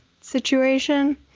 situation